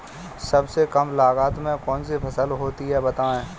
सबसे कम लागत में कौन सी फसल होती है बताएँ?